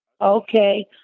Okay